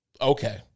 Okay